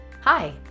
Hi